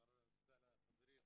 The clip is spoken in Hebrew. ותודה לחברי,